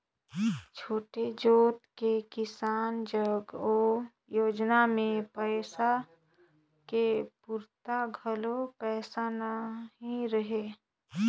छोटे जोत के किसान जग ओ योजना मे पइसा लगाए के पूरता घलो पइसा नइ रहय